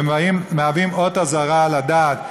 ומשמשים אות אזהרה, לדעת שאנחנו,